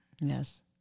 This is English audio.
Yes